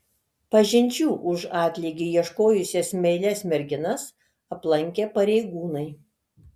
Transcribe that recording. pažinčių už atlygį ieškojusias meilias merginas aplankė pareigūnai